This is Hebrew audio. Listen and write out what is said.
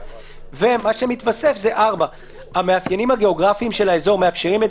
מה שמתווסף זה (4): (4)המאפיינים הגיאוגרפיים של האזור מאפשרים את